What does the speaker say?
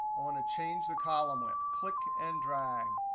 i want to change the column width, click and drag.